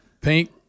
Pink